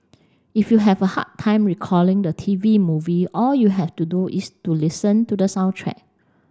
if you have a hard time recalling the T V movie all you have to do is to listen to the soundtrack